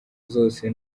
zose